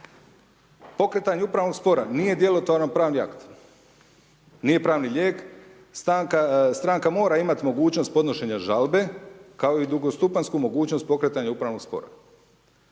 Pokretanje upravnog spora nije djelotvoran pravni akt, nije pravni lijek. Stranka mora imat mogućnost podnošenja žalbe kao i drugostupanjsku mogućnost pokretanja upravnog spora.